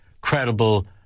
credible